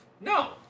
no